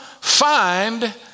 find